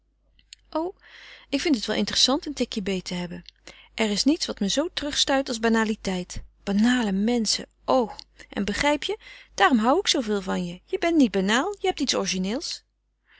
o ik vind het wel interessant een tikje beet te hebben er is niets wat me zoo terugstuit als banaliteit banale menschen o en begrijp je daarom hoû ik zooveel van je je bent niet banaal je hebt iets origineels